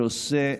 שעושה,